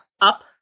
up